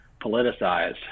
politicized